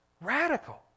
radical